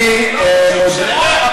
אני רוצה גם לדעת.